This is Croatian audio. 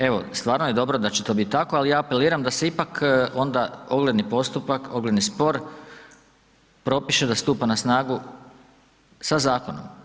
Evo stvarno je dobro da će to biti tako, ali ja apeliram da se ipak onda ogledni postupak, ogledni spor, propiše da stupa na snagu sa zakonom.